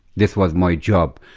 this was my job.